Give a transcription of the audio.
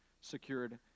secured